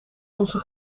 onze